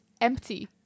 empty